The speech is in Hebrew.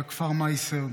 מהכפר מייסר,